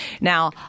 now